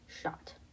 shot